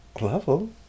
level